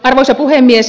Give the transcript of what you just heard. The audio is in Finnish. arvoisa puhemies